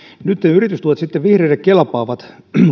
nyt ne yritystuet sitten vihreille kelpaavat